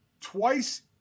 Twice